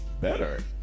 better